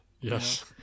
Yes